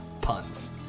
puns